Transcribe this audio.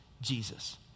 Jesus